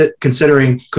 considering